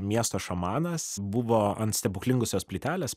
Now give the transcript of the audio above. miesto šamanas buvo ant stebuklingosios plytelės